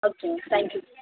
okay ma'am thank you